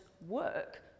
work